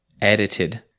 Edited